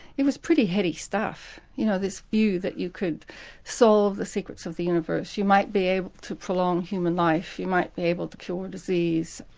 it was pretty heady stuff, you know, this view that you could solve the secrets of the universe. you might be able to prolong human life, you might be able to cure disease.